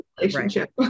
relationship